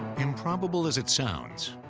improbable as it sounds,